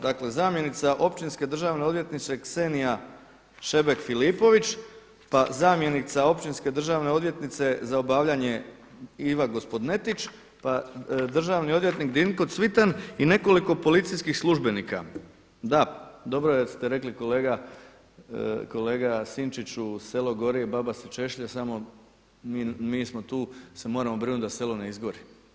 Dakle zamjenica općinske državne odvjetnice Ksenija Šebek Filipović, pa zamjenica općinske državne odvjetnice za obavljanje Iva Gospodnetić, pa državni odvjetnik Dinko Cvitan i nekoliko policijskih službenika, da dobro ste rekli kolega Sinčiću „Selo gori a baba se češlja.“ Samo mi smo tu se moramo brinuti da selo ne izgori.